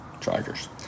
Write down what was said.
Chargers